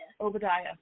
Obadiah